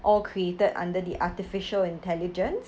all created under the artificial intelligence